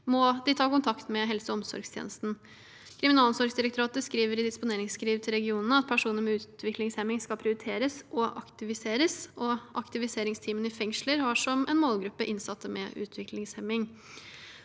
må de ta kontakt med helse- og omsorgstjenesten. Kriminalomsorgsdirektoratet skriver i disponeringsskriv til regionene at personer med utviklingshemming skal prioriteres og aktiviseres, og aktiviseringsteamene i fengsler har innsatte med utviklingshemming